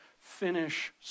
finish